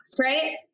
right